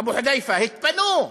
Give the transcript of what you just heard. אבו חודייפה התפנו.